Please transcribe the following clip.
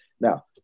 Now